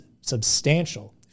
substantial